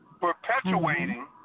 perpetuating